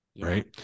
Right